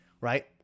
right